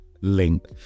link